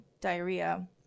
diarrhea